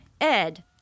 Ed